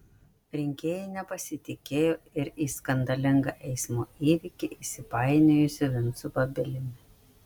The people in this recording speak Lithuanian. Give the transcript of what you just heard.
rinkėjai nepasitikėjo ir į skandalingą eismo įvykį įsipainiojusiu vincu babiliumi